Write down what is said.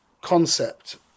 concept